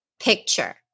picture